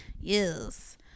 Yes